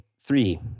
three